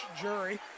Jury